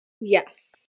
Yes